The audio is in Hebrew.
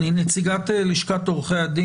נציג המשטרה,